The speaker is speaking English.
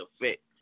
effect